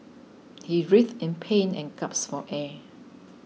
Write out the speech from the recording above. he writhed in pain and gasped for air